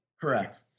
Correct